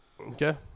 Okay